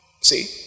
See